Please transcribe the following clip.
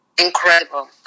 Incredible